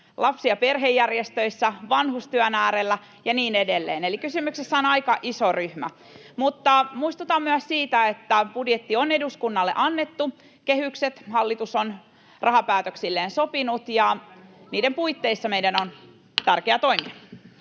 lapsi- ja perhejärjestöissä, vanhustyön äärellä ja niin edelleen, eli kysymyksessä on aika iso ryhmä. Muistutan myös siitä, että budjetti on eduskunnalle annettu, kehykset hallitus on rahapäätöksilleen sopinut, ja niiden puitteissa meidän on tärkeää toimia.